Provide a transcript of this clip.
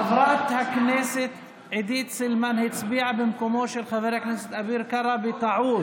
חברת הכנסת עידית סילמן הצביעה במקומו של חבר הכנסת אביר קארה בטעות,